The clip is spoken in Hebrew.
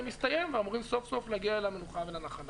הסתיים ואמורים סוף סוף להגיע אל המנוחה ואל הנחלה.